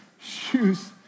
shoes